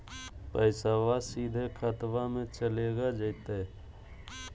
पैसाबा सीधे खतबा मे चलेगा जयते?